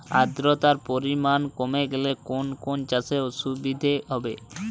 আদ্রতার পরিমাণ কমে গেলে কোন কোন চাষে অসুবিধে হবে?